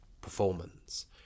performance